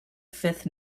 fifth